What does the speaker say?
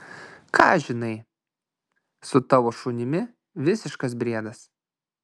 ką aš žinai su tavo šunimi visiškas briedas